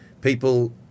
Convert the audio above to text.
people